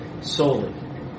solely